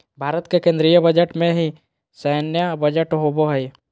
भारत के केन्द्रीय बजट में ही सैन्य बजट होबो हइ